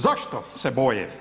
Zašto se boje?